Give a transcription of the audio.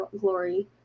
glory